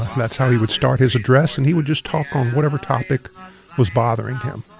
that's how he would start his address. and he would just talk on whatever topic was bothering him.